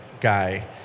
guy